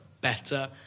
better